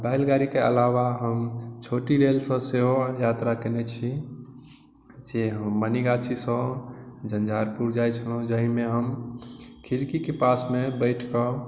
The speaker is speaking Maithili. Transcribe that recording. बैलगाड़ीके अलावा हम छोटी रेलसँ सेहो यात्रा केने छी जे हम मनीगाछीसँ झंझारपुर जाइ छलहुँ जाहिमे हम खिड़कीके पासमे बैठिकऽ